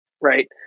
Right